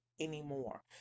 anymore